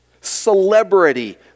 Celebrity